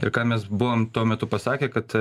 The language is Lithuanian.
ir ką mes buvom tuo metu pasakę kad